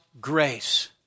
grace